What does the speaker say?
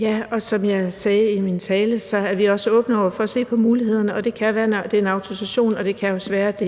Ja, og som jeg sagde i min tale, er vi også åbne over for at se på mulighederne. Det kan være, at det er en autorisation, og det kan også være, at